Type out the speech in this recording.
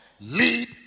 lead